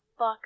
fuck